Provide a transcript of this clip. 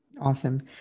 Awesome